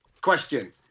question